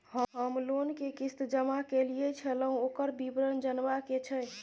हम लोन के किस्त जमा कैलियै छलौं, ओकर विवरण जनबा के छै?